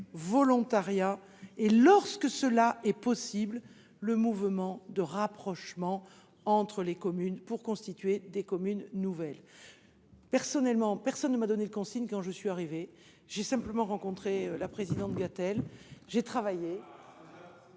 volontariat et lorsque cela est possible, le mouvement de rapprochement entre les communes, pour constituer des communes nouvelles. Personne ne m'a donné de consignes quand je suis arrivée ; j'ai simplement rencontré Mme Françoise Gatel ...